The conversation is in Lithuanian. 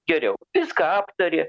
geriau viską aptari